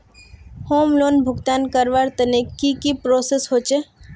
Home loan भुगतान करवार तने की की प्रोसेस होचे?